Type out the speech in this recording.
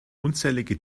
unzählige